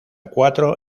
cuatro